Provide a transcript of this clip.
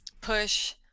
push